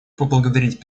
поблагодарить